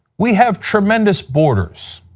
we have tremendous borders.